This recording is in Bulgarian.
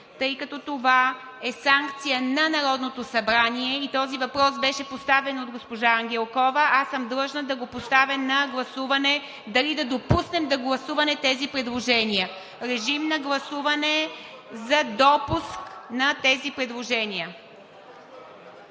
Тъй като това е санкция на Народното събрание и този въпрос беше поставен от госпожа Ангелкова, аз съм длъжна да го поставя на гласуване – дали да допуснем до гласуване тези предложения. Режим на гласуване за допуск на тези предложения.